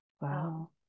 Wow